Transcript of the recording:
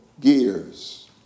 gears